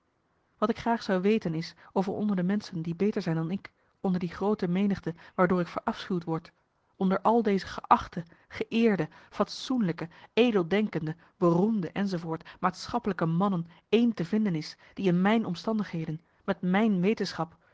wat ik graag zou weten is of er onder de menschen die beter zijn dan ik onder die groote menigte waardoor ik verafschuwd word onder al deze geachte geëerde fatsoenlijke edeldenkende beroemde enz maatschappelijke mannen één te vinden is die in mijn omstandigheden met mijn wetenschap